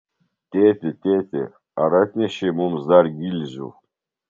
tėti tėti ar atnešei mums dar gilzių